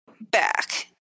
back